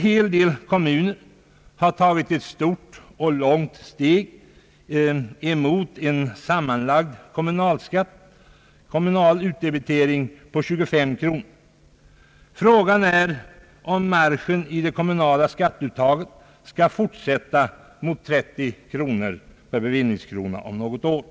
Åtskilliga kommuner har tagit ett stort och långt steg mot en sammanlagd kommunal utdebitering på 25 kronor. Frågan är om marschen när det gäller det kommunala skatteuttaget skall fortsätta mot 30 kronor per bevillningskrona om något år.